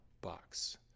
box